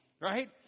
right